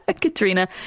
Katrina